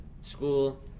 school